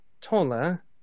taller